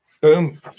Boom